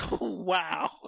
Wow